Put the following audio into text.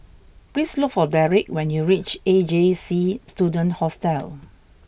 please look for Dedric when you reach A J C Student Hostel